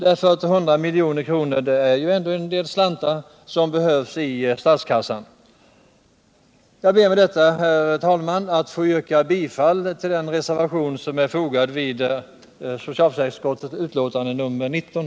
100 milj.kr. är ändå en del slantar som behövs i statskassan. Jag ber med detta, herr talman, att få yrka bifall till den reservation som är fogad till socialförsäkringsutskottets betänkande nr 19.